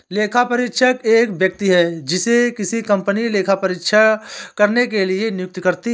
लेखापरीक्षक एक व्यक्ति है जिसे किसी कंपनी लेखा परीक्षा करने के लिए नियुक्त करती है